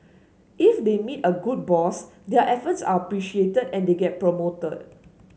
if they meet a good boss their efforts are appreciated and they get promoted